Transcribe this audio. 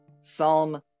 Psalm